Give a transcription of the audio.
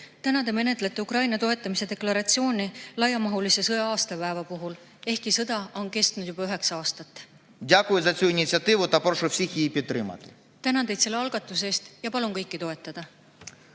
Täna te menetlete Ukraina toetamise resolutsiooni laiamahulise sõja aastapäeva puhul, ehkki sõda on kestnud juba üheksa aastat. Täname teid selle algatuse eest ja palun kõigil seda